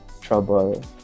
trouble